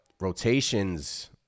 rotations